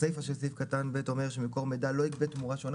הסיפא של סעיף קטן (ב) אומרת ש"מקור מידע לא יגבה תמורה שונה